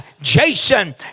Jason